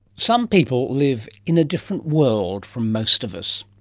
some people live in a different world from most of us.